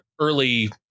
early